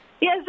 Yes